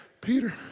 Peter